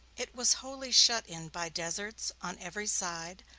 it was wholly shut in by deserts, on every side,